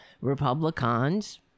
Republicans